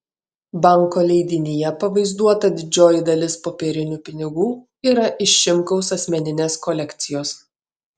banko leidinyje pavaizduota didžioji dalis popierinių pinigų yra iš šimkaus asmeninės kolekcijos